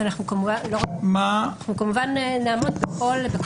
כמובן, אנחנו כמובן נעמוד בכל התקנות.